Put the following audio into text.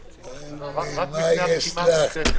הסתייגות מס' 7. מי בעד ההסתייגות?